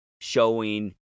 showing